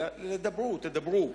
תדברו.